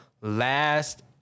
Last